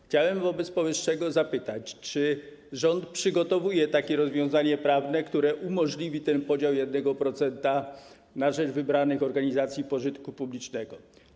Chciałem wobec powyższego zapytać: Czy rząd przygotowuje takie rozwiązanie prawne, które umożliwi ten podział 1% na rzecz wybranych organizacji pożytku publicznego?